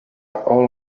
all